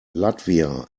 latvia